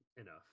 enough